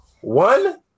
one